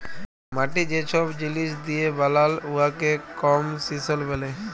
মাটি যে ছব জিলিস দিঁয়ে বালাল উয়াকে কম্পসিশল ব্যলে